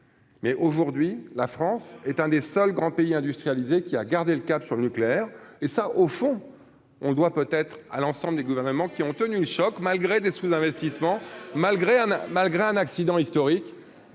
Mais aujourd'hui, la France est un des seuls grands pays industrialisés qui a gardé le cap sur le nucléaire, et ça, au fond, on doit peut-être à l'ensemble des gouvernements qui ont tenu le choc malgré des sous-investissements malgré, malgré un accident historique